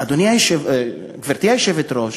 גברתי היושבת-ראש,